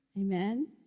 Amen